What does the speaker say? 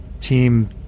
Team